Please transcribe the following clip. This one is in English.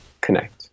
connect